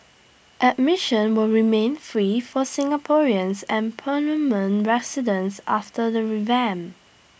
admission will remain free for Singaporeans and permanent residents after the revamp